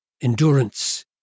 endurance